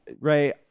Ray